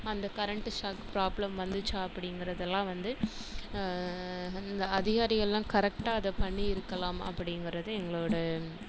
அந்த current shock problem வந்துச்சா அப்படிங்கிறதுல்லாம் வந்து அந்த அதிகாரிகள்லாம் கரெக்டாக அதை பண்ணியிருக்கலாம் அப்படிங்கிறது எங்களோடய